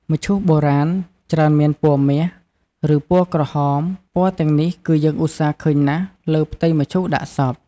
មឈូសបុរាណ ច្រើនមានពណ៌មាស ឬ ពណ៌ក្រហម ពណ៌ទាំងនេះគឺយើងឧស្សាហ៌ឃើញណាស់លើផ្ទៃមឈូសដាក់សព។